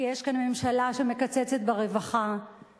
כי יש כאן ממשלה שמקצצת ברווחה,